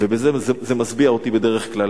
וזה משביע אותי בדרך כלל.